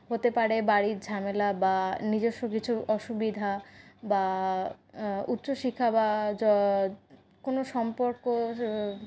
হতে পারে বাড়ির ঝামেলা বা নিজস্ব কিছু অসুবিধা বা উচ্চশিক্ষা বা জ কোন সম্পর্ক